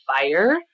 fire